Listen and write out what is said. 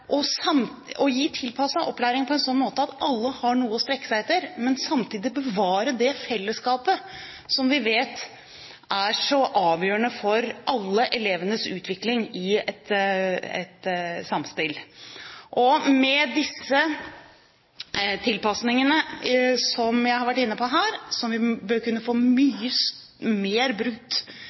å gi tilpasset opplæring på en sånn måte at alle har noe å strekke seg etter, men samtidig bevare det fellesskapet som vi vet er så avgjørende for alle elevenes utvikling i et samspill. Med de tilpasningene som jeg har vært inne på her, som vi bør kunne få brukt mye mer